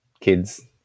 kids